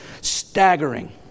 staggering